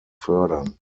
fördern